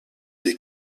des